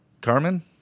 Carmen